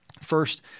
First